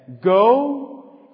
go